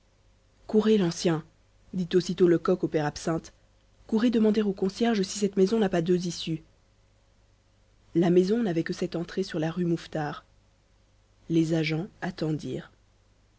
courez l'ancien dit aussitôt lecoq au père absinthe courez demander au concierge si cette maison n'a pas deux issues la maison n'avait que cette entrée sur la rue mouffetard les agents attendirent